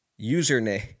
Username